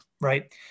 Right